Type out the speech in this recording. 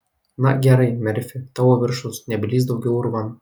na gerai merfi tavo viršus nebelįsk daugiau urvan